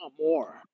more